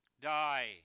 die